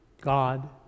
God